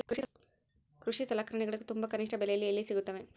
ಕೃಷಿ ಸಲಕರಣಿಗಳು ತುಂಬಾ ಕನಿಷ್ಠ ಬೆಲೆಯಲ್ಲಿ ಎಲ್ಲಿ ಸಿಗುತ್ತವೆ?